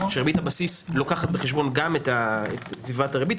שריבית הבסיס לוקחת בחשבון גם את סביבת הריבית.